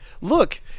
look